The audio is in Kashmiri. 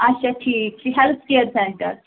اچھا ٹھیٖک چھُ ہیٚلتھ کِیر سینٹَر